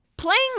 Playing